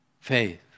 Faith